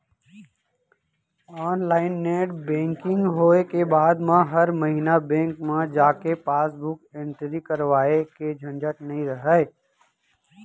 online net banking होय के बाद म हर महिना बेंक म जाके पासबुक एंटरी करवाए के झंझट नइ रहय